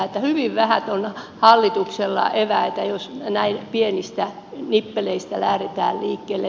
hyvin vähät on hallituksella eväät jos näin pienistä nippeleistä lähdetään liikkeelle